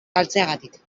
galtzegatik